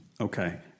Okay